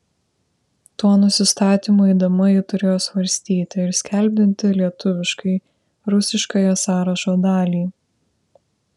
tuo nusistatymu eidama ji turėjo svarstyti ir skelbdinti lietuviškai rusiškąją sąrašo dalį